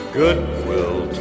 goodwill